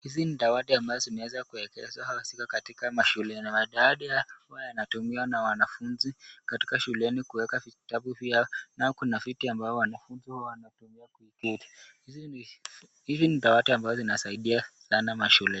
Hizi ni dawati ambazo zimeweza kuegezwa au ziko katika mashuleni. Madawati haya huwa yanatumiwa na wanafunzi katika shuleni kuweka vitabu vyao nao kuna vitu ambao wanafunzi huwa wanatumia kuketi. Hizi ni dawati ambazo zinasaidia sana mashuleni.